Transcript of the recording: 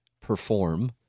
perform